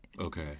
Okay